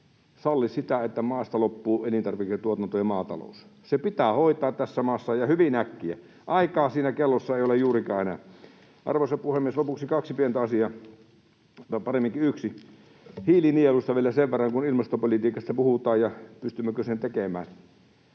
salli sitä, että maasta loppuu elintarviketuotanto ja maatalous. Ne pitää hoitaa tässä maassa ja hyvin äkkiä. Aikaa siinä kellossa ei ole juurikaan enää. Arvoisa puhemies! Lopuksi kaksi pientä asiaa, tai paremminkin yksi: Hiilinielusta vielä sen verran, kun puhutaan ilmastopolitiikasta ja siitä, pystymmekö sen tekemään.